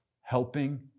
Helping